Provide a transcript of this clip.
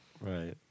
Right